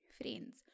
friends